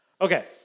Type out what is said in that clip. Okay